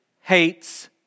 hates